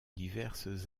diverses